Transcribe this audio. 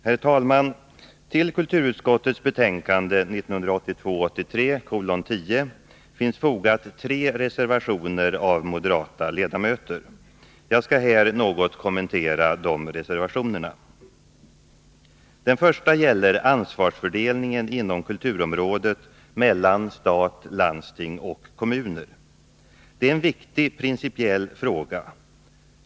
Herr talman! Till kulturutskottets betänkande 1982/83:10 finns fogade tre reservationer av moderata ledamöter. Jag skall här något kommentera de reservationerna. Den första gäller ansvarsfördelningen inom kulturområdet mellan stat, landsting och kommuner. Det är en viktig principiell fråga.